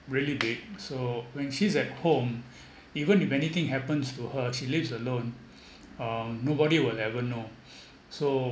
really big so when she's at home even if anything happens to her she lives alone um nobody will ever know so